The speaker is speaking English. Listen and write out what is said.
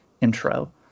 intro